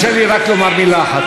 תרשה לי לומר רק מילה אחת.